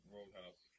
Roadhouse